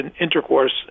intercourse